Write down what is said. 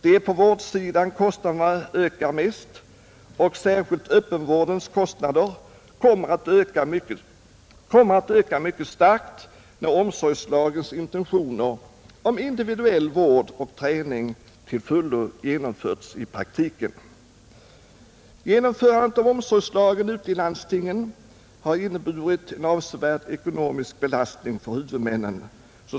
Det är på vårdsidan kostnaderna ökar mest, och särskilt öppenvårdens kostnader kommer att öka mycket starkt när omsorgslagens intentioner om individuell vård och träning till fullo genomförts i praktiken. Genomförandet av omsorgslagen ute i landstingen har, såsom redan framhållits, inneburit en avsevärd ekonomisk belastning för huvudmännen.